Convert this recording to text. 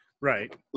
right